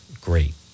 Great